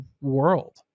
world